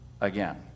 again